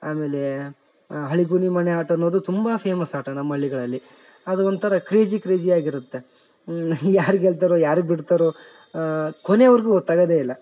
ಆಮೇಲೆ ಅಳ್ಗುಳಿ ಮನೆ ಆಟ ಅನ್ನೋದು ತುಂಬ ಫೇಮಸ್ ಆಟ ನಮ್ಮ ಹಳ್ಳಿಗಳಲ್ಲಿ ಅದೊಂಥರ ಕ್ರೇಜಿ ಕ್ರೇಜಿ ಆಗಿರುತ್ತೆ ಯಾರು ಗೆಲ್ತರೋ ಯಾರು ಬಿಡ್ತರೋ ಕೊನೆವರೆಗು ಗೊತ್ತಾಗದೆ ಇಲ್ಲ